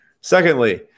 Secondly